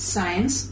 Science